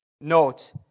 Note